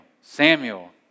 Samuel